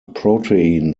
protein